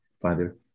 Father